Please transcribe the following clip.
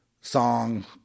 song